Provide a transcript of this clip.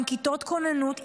עם כיתות כוננות,